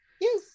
Yes